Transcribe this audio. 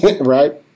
Right